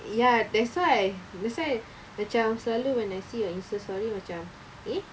ya that's why that's why macam selalu when I see your InstaStory macam eh